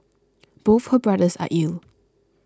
both her brothers are ill